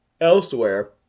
elsewhere